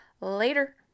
Later